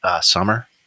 Summer